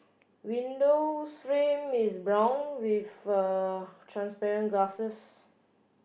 windows frame is brown with transparent glasses